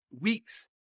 weeks